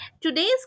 Today's